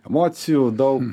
emocijų daug